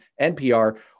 NPR